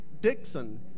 Dixon